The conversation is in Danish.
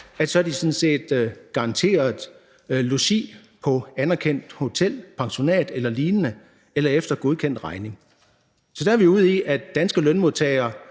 de sådan set garanteret logi på et anerkendt hotel, pensionat eller lignende eller efter godkendt regning. Så der er vi ude i, at danske lønmodtagere